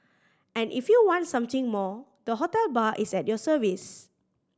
and if you want something more the hotel bar is at your service